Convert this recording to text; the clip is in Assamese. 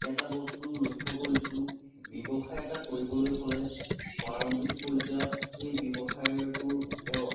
এটা বস্তু লক্ষ্য কৰিছোঁ ব্যৱসায় এটা কৰিবলৈ হ'লে প্ৰাৰম্ভিক পৰ্য্য়ায়ত সেই ব্যৱসায়টোৰ ওপৰত